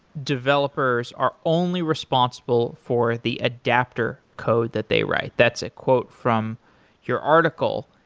developers are only responsible for the adaptor code that they write. that's a quote from your article.